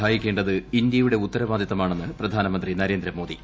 സഹായിക്കേണ്ടത് ഇന്ത്യയുടെ ഉത്തരവാദിത്തമാണെന്ന് പ്രധാനമന്ത്രി നരേന്ദ്രമോദി